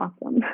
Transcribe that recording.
awesome